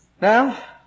Now